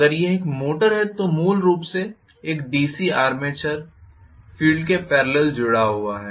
अगर यह एक मोटर है मूल रूप से एक डीसी आर्मेचर फील्ड के पेरलल जुड़ा हुआ है